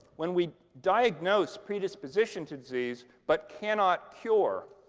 when we diagnose predisposition to disease but cannot cure,